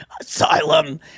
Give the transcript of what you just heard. Asylum